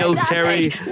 Terry